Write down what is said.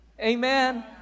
Amen